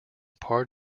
part